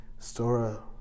Stora